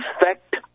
effect